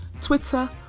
Twitter